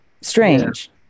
strange